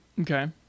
Okay